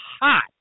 hot